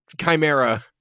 chimera